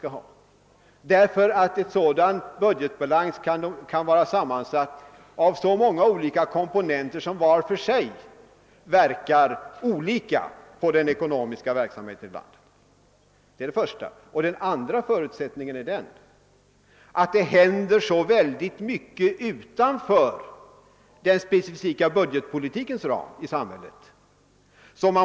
Ett budgetöverskott eller ett budgetunderskott kan vara sammansatt av många olika komponenter, som var för sig inverkar olika på ekonomin i landet. Den andra förutsättningen är att man tar stor hänsyn till att det händer mycket i samhället utanför den specifika budgetpolitikens ram.